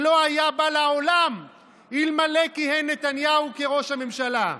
שלא היה בא לעולם אלמלא כיהן נתניהו כראש הממשלה.